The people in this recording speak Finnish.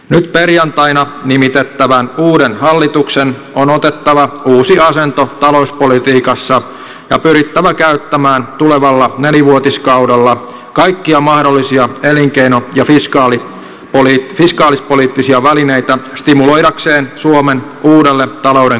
nyt perjantaina nimitettävän uuden hallituksen on otettava uusi asento talouspolitiikassa ja pyrittävä käyttämään tulevalla nelivuotiskaudella kaikkia mahdollisia elinkeino ja fiskaalispoliittisia välineitä stimuloidakseen suomen uudelle talouden kasvu uralle